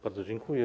Bardzo dziękuję.